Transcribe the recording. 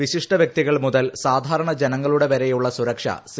വിശിഷ്ട വൃക്തികൾ മുതൽ സാധാരണ ജനങ്ങളുടെവരെയുള്ള സുരക്ഷ സി